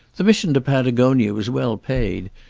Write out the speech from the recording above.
the mission to patagonia was well paid,